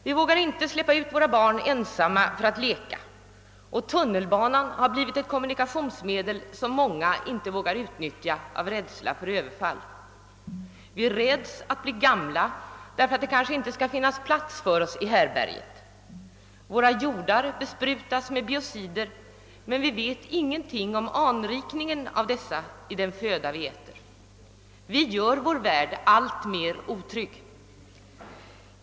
Vi vågar inte släppa ut våra barn ensamma för att leka, och tunnelbanan har blivit ett kommunikationsmedel som många inte vågar utnyttja av rädsla för överfall. Vi räds för att bli gamla, därför att det kanske inte kommer att finnas plats för oss i härbärget. Våra jordar besprutas med biocider, men vi vet ingenting om anrikningen av dessa i den föda vi äter. Vi gör vår värld alltmer otrygg.